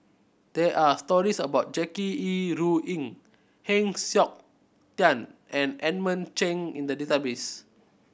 there are stories about Jackie Yi Ru Ying Heng Siok Tian and Edmund Cheng in the database